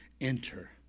Enter